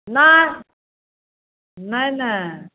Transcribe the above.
नहि नहि नहि